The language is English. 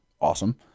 awesome